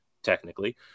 Technically